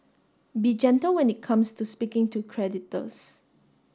be gentle when it comes to speaking to creditors